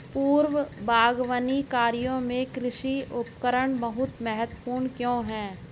पूर्व बागवानी कार्यों में कृषि उपकरण बहुत महत्वपूर्ण क्यों है?